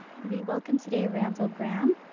we welcome today randall grahm.